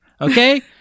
okay